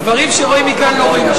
דברים שרואים מכאן לא רואים משם.